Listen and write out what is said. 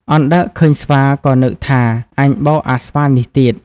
អណ្ដើកឃើញស្វា ក៏នឹកថា "អញបោកអាស្វានេះទៀត"